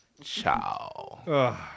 Ciao